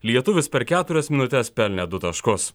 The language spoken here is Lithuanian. lietuvis per keturias minutes pelnė du taškus